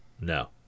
No